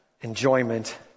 enjoyment